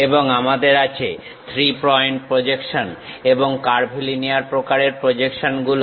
এবং আমাদের আছে 3 পয়েন্ট প্রজেকশন এবং কার্ভিলিনিয়ার প্রকারের প্রজেকশনগুলো